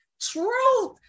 truth